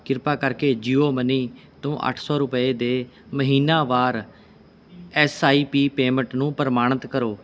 ਕਿਰਪਾ ਕਰਕੇ ਜੀਓ ਮਨੀ ਤੋਂ ਅੱਠ ਸੌ ਰੁਪਏ ਦੇ ਮਹੀਨਾਵਾਰ ਐੱਸ ਆਈ ਪੀ ਪੇਮੈਂਟ ਨੂੰ ਪ੍ਰਮਾਣਿਤ ਕਰੋ